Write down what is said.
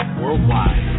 worldwide